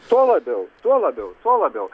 tuo labiau tuo labiau tuo labiau